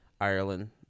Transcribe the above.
Ireland